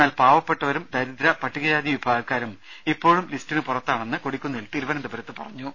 എന്നാൽ പാവപ്പെട്ടവരും ദരിദ്ര പട്ടികജാതി വിഭാഗക്കാരും ഇപ്പോഴും ലിസ്റ്റിന് പുറത്താണെന്ന് കൊടിക്കുന്നിൽ തിരുവനന്തപുരത്ത് പറഞ്ഞു